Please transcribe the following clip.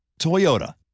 Toyota